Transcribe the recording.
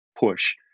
push